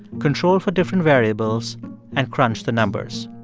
controlled for different variables and crunched the numbers.